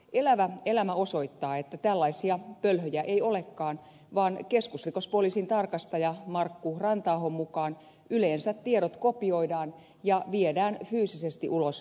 elävä elämä osoittaa että tällaisia pölhöjä ei olekaan vaan keskusrikospoliisin tarkastajan markku ranta ahon mukaan yleensä tiedot kopioidaan ja viedään fyysisesti ulos firmasta